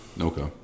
Okay